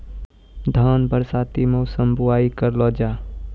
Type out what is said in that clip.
धान बरसाती मौसम बुवाई करलो जा?